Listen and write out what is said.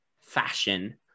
fashion